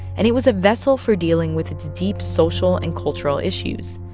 and it was a vessel for dealing with its deep social and cultural issues.